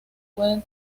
pueden